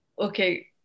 okay